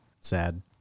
sad